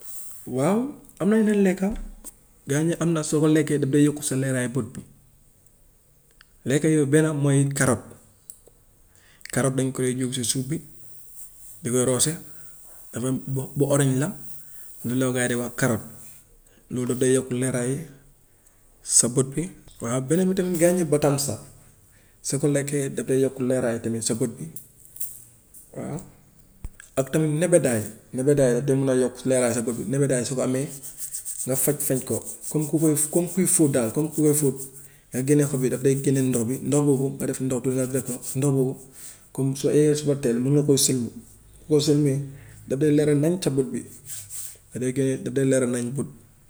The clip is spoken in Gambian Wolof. Waaw am na yenn lekka gaa yi ne am na soo ko lekkee daf dee yokk sa leeraayu bët bi. Lekk yooyu benna bi mooy karoot. Karoot dañu koy jiw ci suuf bi di koy roose dafa bu bu orange la, loolu la gaa yi di wax karoot, loolu daf dee yokk leeraay sa bët bi. Waaw beneen bi tamit gaa yi ni batansa soo ko lekkee daf dee yokk leeraay tamit sa bët bi. Waaw, ak tamit nebedaay; nebedaay day mun a yokk leeraay sa bët bi, nebedaay su ko amee nga fej fej ko comme ku koy comme kuy fóot daal comme ku koy fóot nga génnee xob bi daf dee génne ndox bi, ndox boobu nga def ndox du nga def ko ndox boobu comme soo eeyee suba teel mun nga koo sëlmu, boo sëlmee daf dee leeral nàññ sa bët bi daf dee génne daf dee leeral nàññ bët.